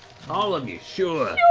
all of you, sure.